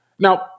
Now